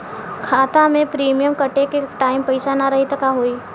खाता मे प्रीमियम कटे के टाइम पैसा ना रही त का होई?